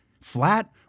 Flat